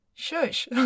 Shush